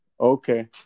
Okay